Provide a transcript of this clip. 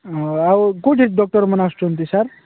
ଆଉ କୋଉଠି ଡକ୍ଟରମାନେ ଆସୁଛନ୍ତି ସାର୍